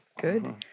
Good